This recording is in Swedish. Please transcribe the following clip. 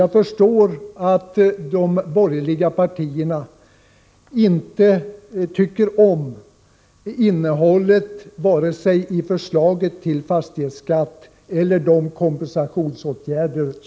Jag förstår att de borgerliga partierna inte tycker om innehållet i vare sig förslaget till fastighetsskatt eller förslaget till kompensationsåtgärder.